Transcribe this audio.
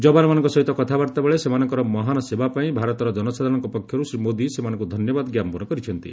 ଯବାନମାନଙ୍କ ସହିତ କଥାବାର୍ତ୍ତାବେଳେ ସେମାନଙ୍କର ମହାନ୍ ସେବାପାଇଁ ଭାରତର ଜନସାଧାରଣଙ୍କ ପକ୍ଷରୁ ଶ୍ରୀ ମୋଦି ସେମାନଙ୍କୁ ଧନ୍ୟବାଦ ଜ୍ଞାପନ କରିଛନ୍ତି